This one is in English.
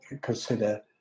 consider